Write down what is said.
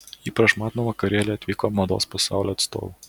į prašmatnų vakarėlį atvyko mados pasaulio atstovų